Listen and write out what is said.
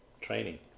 training